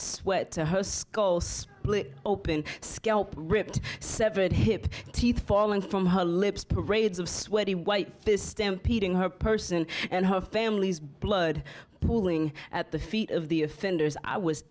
sweat her skull split open scalp ripped severed hip teeth falling from her lips parades of sweaty white fish stampeding her person and her family's blood pooling at the feet of the offenders i was